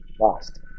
Lost